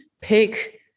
pick